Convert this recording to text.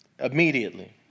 immediately